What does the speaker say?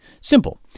Simple